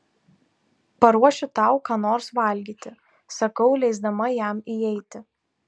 paruošiu tau ką nors valgyti sakau leisdama jam įeiti